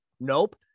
nope